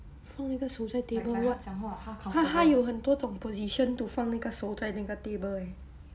放那个手在 table 他他有很多种 position to 放那个手在那个 table eh